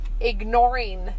ignoring